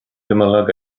gymylog